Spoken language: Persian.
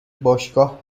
باشگاه